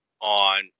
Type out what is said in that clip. on